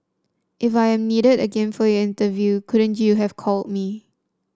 if I am needed again for your interview couldn't you have called me